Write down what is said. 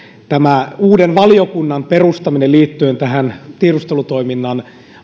uuden valiokunnan perustaminen liittyen tähän tiedustelutoiminnan